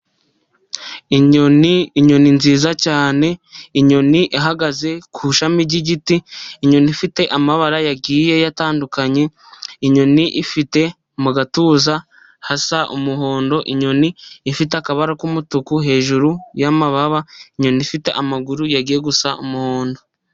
Inyoni nziza cyane, inyoni ihagaze ku ishami ry'igiti, inyoni ifite amabara agiye atandukanye, inyoni ifite mu gatuza hasa umuhondo, inyoni ifite akabara k'umutuku hejuru yamababa, inyoni ifite amaguru agiye gusa umuhondo.